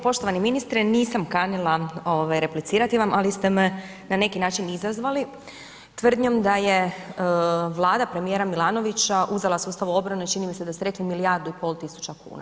Poštovani ministre nisam kanila replicirati vam ali ste me na neki način izazvali tvrdnjom da je Vlada premijera Milanovića uzela sustavu obranu i čini mi se da ste rekli milijardu i pol tisuća kuna.